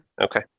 Okay